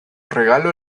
regalo